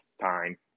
time